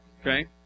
okay